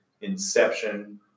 Inception